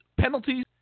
penalties